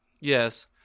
Yes